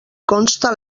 consta